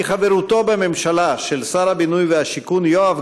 כי חברותו בממשלה של שר הבינוי והשיכון יואב